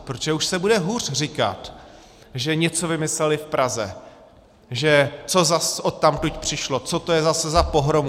Protože už se bude hůř říkat, že něco vymysleli v Praze, že co zas odtud přišlo, co to je zase za pohromu.